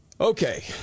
Okay